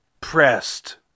pressed